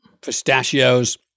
Pistachios